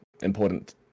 important